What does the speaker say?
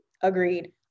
agreed